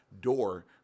door